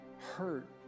hurt